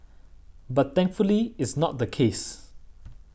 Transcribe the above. but thankfully it's not the case